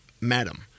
Madam